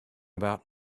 about